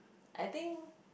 I think